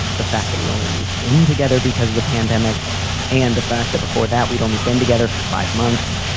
the fact that we only moved in together because of the pandemic and the fact that before that, we'd only been together for five months.